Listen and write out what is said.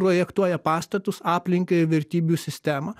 projektuoja pastatus aplinką ir vertybių sistemą